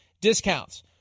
discounts